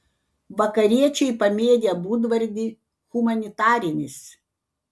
vakariečiai pamėgę būdvardį humanitarinis